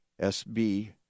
SB